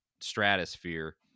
stratosphere